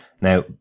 now